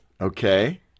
Okay